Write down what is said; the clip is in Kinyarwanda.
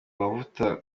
amavuta